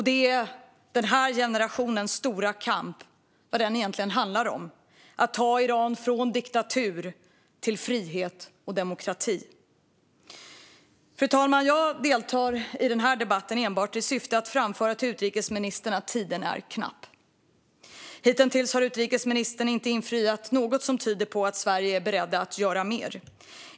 Det är vad den här generationens stora kamp egentligen handlar om, att ta Iran från diktatur till frihet och demokrati. Fru talman! Jag deltar i den här debatten enbart i syfte att framföra till utrikesministern att tiden är knapp. Hitintills har utrikesministern inte infriat något som tyder på att Sverige är berett att göra mer.